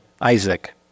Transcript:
Isaac